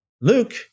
Luke